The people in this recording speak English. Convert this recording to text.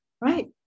Right